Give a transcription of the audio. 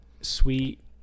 sweet